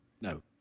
No